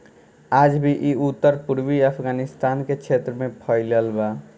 आज भी इ उत्तर पूर्वी अफगानिस्तान के क्षेत्र में फइलल बा